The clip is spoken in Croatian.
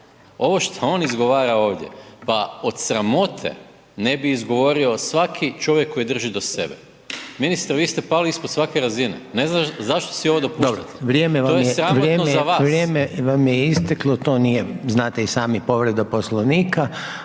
ovo šta on izgovara ovdje, pa od sramote ne bi izgovorio svaki čovjek koji drži do sebe. Ministre, vi ste pali ispod svake razine, ne znam zašto si ovo dopuštate. **Reiner, Željko (HDZ)** Dobro, vrijeme vam je, vrijeme je… **Maras, Gordan